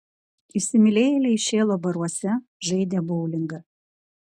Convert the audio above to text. įsimylėjėliai šėlo baruose žaidė boulingą